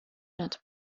not